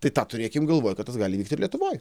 tai tą turėkim galvoj kad tas gali vykti ir lietuvoj